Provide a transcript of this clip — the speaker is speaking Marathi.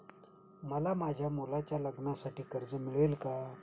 मला माझ्या मुलाच्या लग्नासाठी कर्ज मिळेल का?